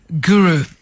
guru